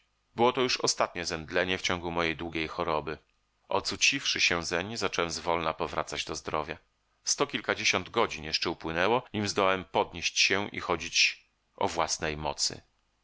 było to już ostatnie zemdlenie w ciągu mojej długiej choroby ocuciwszy się zeń zacząłem zwolna powracać do zdrowia sto kilkadziesiąt godzin jeszcze upłynęło nim zdołałem podnieść się i chodzić o własnej mocy